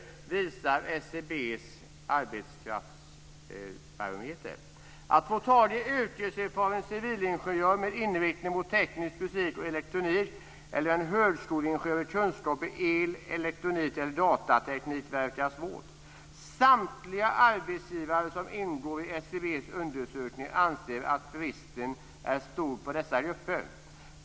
Det visar SCB:s arbetskraftsbarometer. Att få tag i en yrkeserfaren civilingenjör med inriktning mot teknisk fysik och elektronik eller en högskoleingenjör med kunskaper om el, elektronik eller datateknik verkar vara svårt. Samtliga arbetsgivare som ingår i SCB:s undersökning anser att bristen är stor på dessa grupper.